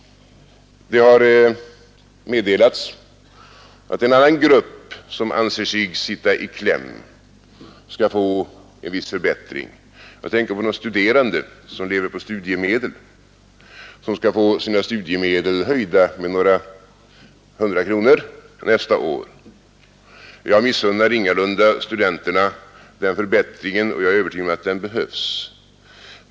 Det har meddelats att en annan grupp som anser sig sitta i kläm skall få en viss förbättring. Jag tänker på de studerande som lever på studiemedel. De skall få sina studiemedel höjda med några hundra kronor nästa år. Jag missunnar ingalunda studenterna den förbättringen, och jag är övertygad om att den behövs.